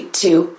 two